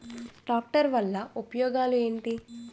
Tractor వల్ల ఉపయోగాలు ఏంటీ?